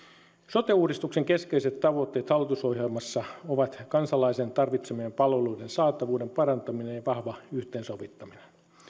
sote uudistuksen keskeiset tavoitteet hallitusohjelmassa ovat kansalaisen tarvitsemien palveluiden saatavuuden parantaminen ja vahva yhteensovittaminen